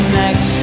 next